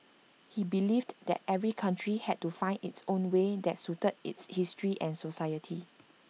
he believed that every country had to find its own way that suited its history and society